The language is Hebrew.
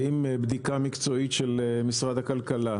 עם בדיקה מקצועית של משרד הכלכלה.